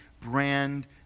brand